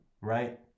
right